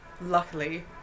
Luckily